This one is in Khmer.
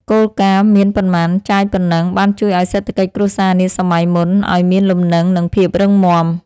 គោលការណ៍មានប៉ុន្មានចាយប៉ុណ្ណឹងបានជួយឱ្យសេដ្ឋកិច្ចគ្រួសារនាសម័យមុនឱ្យមានលំនឹងនិងភាពរឹងមាំ។